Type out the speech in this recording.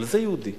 אבל זה יהודי.